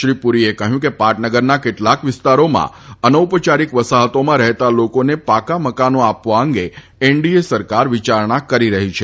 શ્રી પુરીએ કહયું કે પાટનગરના કેટલાક વિસ્તારોમાં અનૌપચારિક વસાહતોમાં રહેતા લોકોને પાકા મકાનો આપવા અંગે એનડીએ સરકાર વિયારણા કરી રહી છે